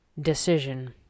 decision